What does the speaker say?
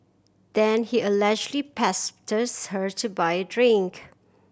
then he allegedly pestered her to buy a drink